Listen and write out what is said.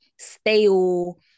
stale